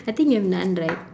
I think you have none right